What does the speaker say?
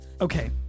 okay